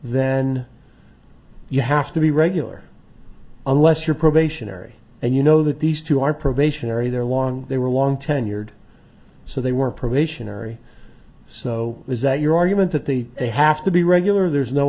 then you have to be regular unless you're probationary and you know that these two are probationary they're long they were long tenured so they were probationary so your argument that the they have to be regular there's no